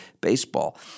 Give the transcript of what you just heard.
baseball